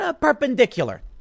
perpendicular